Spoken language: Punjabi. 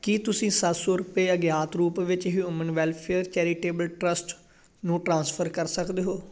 ਕੀ ਤੁਸੀਂਂ ਸੱਤ ਸੌ ਰੁਪਏ ਅਗਿਆਤ ਰੂਪ ਵਿੱਚ ਹਿਊਮਨ ਵੈਲਫ਼ੇਅਰ ਚੈਰਿਟੇਬਲ ਟ੍ਰੱਸਟ ਨੂੰ ਟ੍ਰਾਂਸਫਰ ਕਰ ਸਕਦੇ ਹੋ